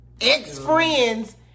ex-friends